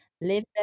live